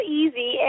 easy